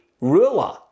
ruler